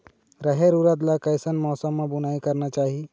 रहेर उरद ला कैसन मौसम मा बुनई करना चाही?